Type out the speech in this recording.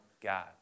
God